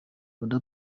oda